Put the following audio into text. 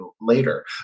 later